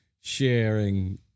sharing